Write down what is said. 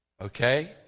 Okay